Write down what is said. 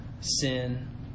sin